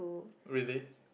really